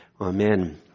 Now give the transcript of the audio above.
Amen